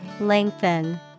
Lengthen